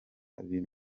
biri